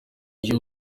iyo